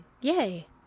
Yay